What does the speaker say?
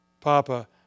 Papa